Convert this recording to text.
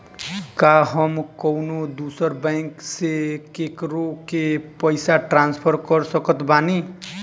का हम कउनों दूसर बैंक से केकरों के पइसा ट्रांसफर कर सकत बानी?